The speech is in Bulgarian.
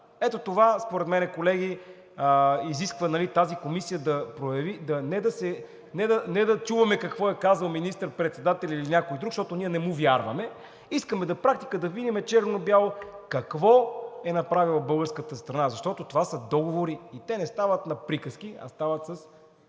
Ето това според мен, колеги, изисква тази комисия – не да чуваме какво е казал министър-председателят или някой друг, защото ние не му вярваме, а искаме на практика да видим – черно на бяло, какво е направила българската страна, защото това са договори и те не стават на приказки, а стават с